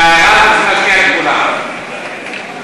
את ההערה הזאת צריך להשמיע לכולם.